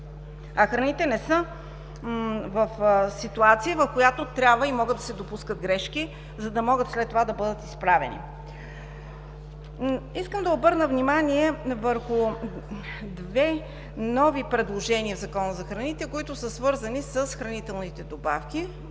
А храните не са в ситуация, в която трябва и могат да се допускат грешки, за да могат след това да бъдат изправени. Искам да обърна внимание върху две нови предложения в Закона за храните, които са свързани с хранителните добавки